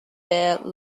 bare